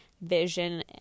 vision